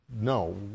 No